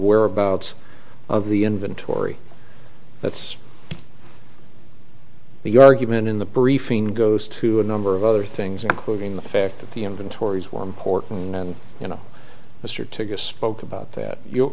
whereabouts of the inventory that's the argument in the briefing goes to a number of other things including the fact that the inventories were important and you know mr to go spoke about that your